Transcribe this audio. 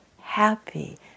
happy